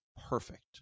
perfect